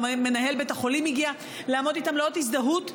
גם מנהל בית החולים הגיע לעמוד איתם לאות הזדהות,